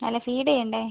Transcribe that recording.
അല്ല ഫീഡ് ചെയ്യണ്ടേ